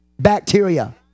bacteria